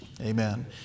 amen